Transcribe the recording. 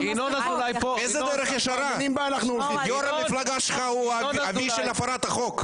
יושב ראש המפלגה שלך הוא אב הפרת החוק.